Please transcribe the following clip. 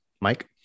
Mike